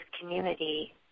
community